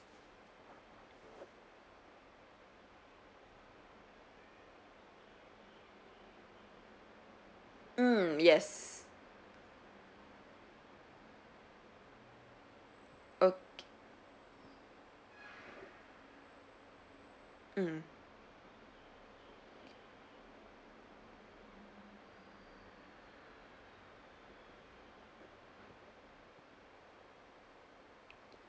mm yes okay mm